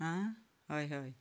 आं हय हय